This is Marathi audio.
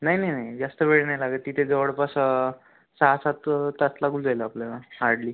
नाही नाही नाही जास्त वेळ नाही लागत तिथे जवळपास सहा सात तास लागून जाईल आपल्याला हार्डली